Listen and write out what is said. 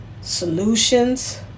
solutions